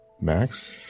Max